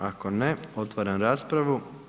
Ako ne, otvaram raspravu.